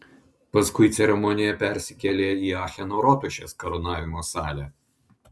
paskui ceremonija persikėlė į acheno rotušės karūnavimo salę